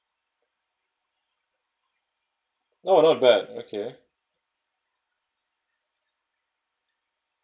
no not bad okay